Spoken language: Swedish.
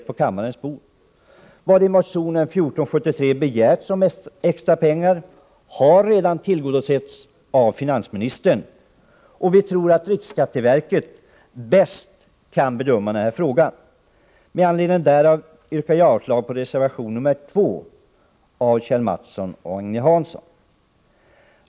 De krav på extra pengar som har framställts i motion 1473 har redan tillgodosetts av finansministern, och vi tror att riksskatteverket bäst kan bedöma den här frågan. Med anledning av detta yrkar jag avslag på reservation 2 av Kjell Mattsson och Agne Hansson.